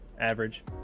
Average